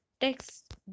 text